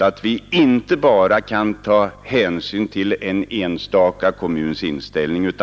kan vi inte bara ta hänsyn till en enstaka kommuns inställning.